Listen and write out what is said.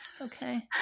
Okay